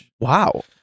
Wow